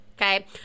okay